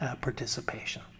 participation